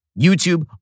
YouTube